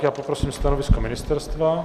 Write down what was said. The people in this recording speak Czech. Já poprosím stanovisko ministerstva.